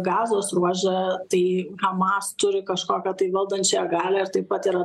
gazos ruože tai hamas turi kažkokią tai valdančią galią ir taip pat yra